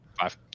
Five